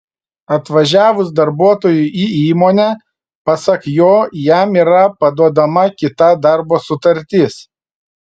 atvažiavus darbuotojui į įmonę pasak jo jam yra paduodama kita darbo sutartis